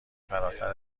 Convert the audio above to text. فراتر